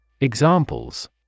Examples